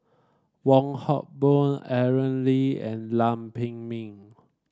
Wong Hock Boon Aaron Lee and Lam Pin Min